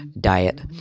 diet